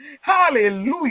Hallelujah